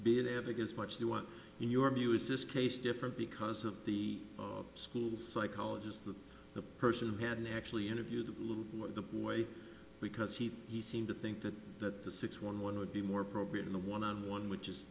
be an advocate as much as you want in your view is this case different because of the school psychologist that the person hadn't actually interviewed what the way because he he seemed to think that that the six one one would be more appropriate in the one on one which is